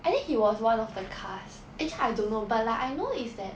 I think he was one of the cast actually I don't know but like I know is that